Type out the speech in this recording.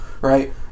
right